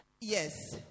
Yes